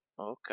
Okay